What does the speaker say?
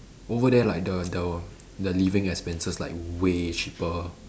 over there like the the the living expenses like way cheaper